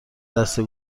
دسته